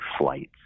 flights